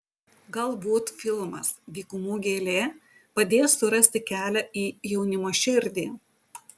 galbūt filmas dykumų gėlė padės surasti kelią į jaunimo širdį